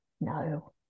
no